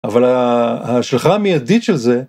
אבל ההשלכה המיידית של זה